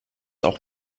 auch